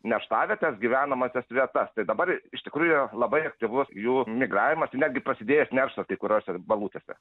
nerštavietes gyvenamąsias vietas tai dabar iš tikrųjų labai aktyvus jų migravimas ir netgi prasidėjęs nerštas kai kuriose balutėse